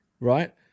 right